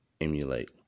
emulate